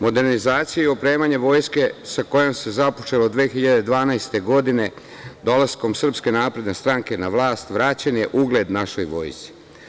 Modernizacija i opremanje Vojske sa kojom se započelo 2012. godine, dolaskom SNS na vlast, vraćen je ugled našoj Vojsci.